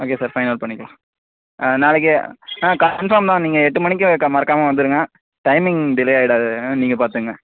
okay sir final பண்ணிக்கலாம் ஆ நாளைக்கே ஆ கன்ஃபார்ம் தான் நீங்கள் எட்டு மணிக்கு கா மறக்காமல் வந்துருங்க டைமிங் டிலே ஆயிடாது நீங்கள் பார்த்துங்க